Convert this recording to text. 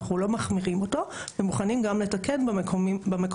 אנחנו לא מחמירים אותו, ומוכנים גם לתקן במקומות